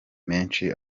menshi